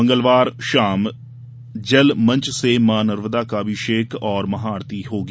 मंगलवार शाम जल मंच से मां नर्मदा का अभिषक और महाआरती होगी